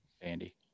Andy